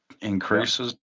increases